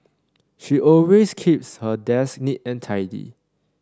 she always keeps her desk neat and tidy